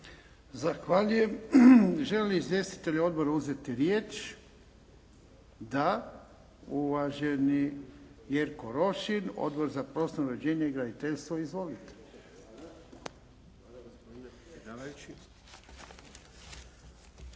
Zahvaljujem. Želi li izvjestitelj odbora uzeti riječ? Da. Uvaženi Jerko Rošin, Odbor za prostorno uređenje i graditeljstvo. Izvolite.